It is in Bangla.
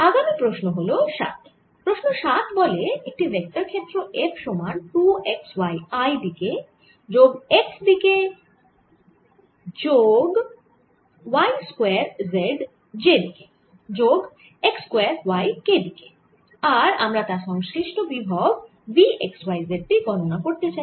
আগামি প্রশ্ন হল 7 প্রশ্ন 7 বলে একটি ভেক্টর ক্ষেত্র F সমান 2 x y z i দিকে অর্থাৎ x দিকে যোগ x স্কয়ার z j দিকে যোগ x স্কয়ার y k দিকে আর আমরা তার সংশ্লিষ্ট বিভব V x y z টি গণনা করতে চাই